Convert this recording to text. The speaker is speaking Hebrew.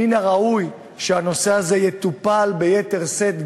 מן הראוי שהנושא הזה יטופל ביתר שאת,